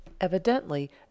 Evidently